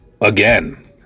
again